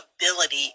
ability